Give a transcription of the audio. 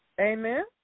Amen